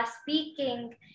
speaking